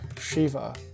Shiva